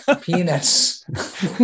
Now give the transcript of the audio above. Peanuts